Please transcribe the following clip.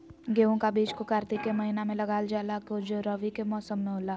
गेहूं का बीज को कार्तिक के महीना में लगा जाला जो रवि के मौसम में होला